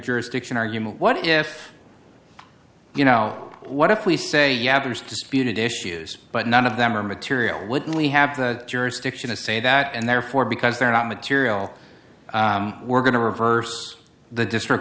jurisdiction argument what if you know what if we say yeah there's disputed issues but none of them are material would we have the jurisdiction to say that and therefore because they're not material we're going to reverse the district